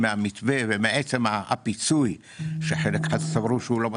מהמתווה ומעצם הפיצוי חלק סברו שהוא לא מספיק,